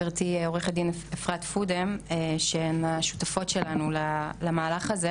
וזו לא רק אלימות שהיא ברשתות החברתיות.